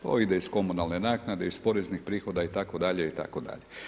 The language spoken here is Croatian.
To ide iz komunalne naknade, iz poreznih prihoda itd. itd.